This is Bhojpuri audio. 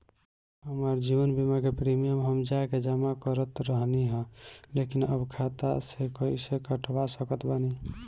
हमार जीवन बीमा के प्रीमीयम हम जा के जमा करत रहनी ह लेकिन अब खाता से कइसे कटवा सकत बानी?